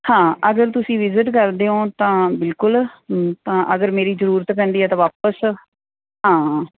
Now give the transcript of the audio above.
ਹਾਂ ਅਗਰ ਤੁਸੀਂ ਵਿਜਿਟ ਕਰਦੇ ਹੋ ਤਾਂ ਬਿਲਕੁਲ ਹੂੰ ਤਾਂ ਅਗਰ ਮੇਰੀ ਜ਼ਰੂਰਤ ਪੈਂਦੀ ਹੈ ਤਾਂ ਵਾਪਿਸ ਹਾਂ